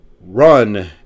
run